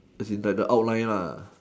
as in like the outline lah